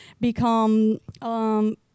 become